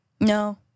No